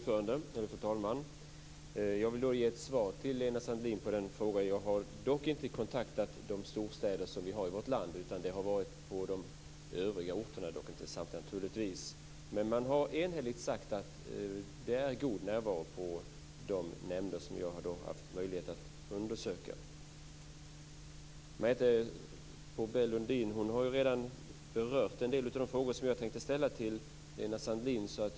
Fru talman! Jag vill ge Lena Sandlin ett svar på frågan. Jag har inte kontaktat storstäderna i vårt land utan andra orter, dock naturligtvis inte samtliga. Man har därifrån enhälligt sagt att det är en god närvaro i de nämnder som jag har haft möjlighet att undersöka. Marietta de Pourbaix-Lundin har redan framfört en del av de frågor som jag hade tänkt ställa till Lena Sandlin.